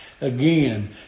again